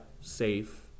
safe